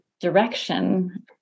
direction